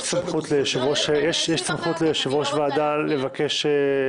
אבל יש סמכות ליושב-ראש ועדה לבקש.